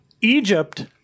Egypt